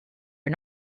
are